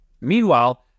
Meanwhile